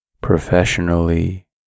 professionally